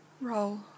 Roll